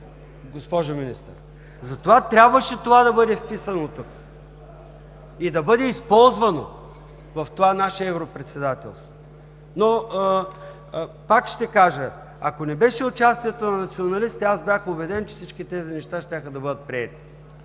госпожо Министър. Затова трябваше това да бъде вписано тук и да бъде използвано в това наше Европредседателство. Пак ще кажа: ако не беше участието на националистите, убеден съм, че всички тези неща щяха да бъдат приети,